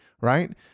right